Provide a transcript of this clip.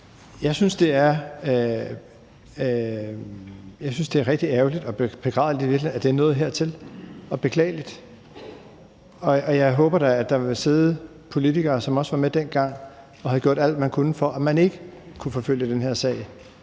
Jeg synes, det er rigtig ærgerligt og beklageligt – og begræder virkelig – at det er nået hertil. Og jeg håber da, at der vil sidde politikere, som også var med dengang, og som gjorde alt, hvad de kunne, for at man ikke kunne forfølge den her sag,